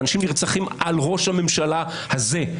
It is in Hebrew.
אנשים נרצחים על ראש הממשלה הזה.